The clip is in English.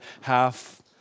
half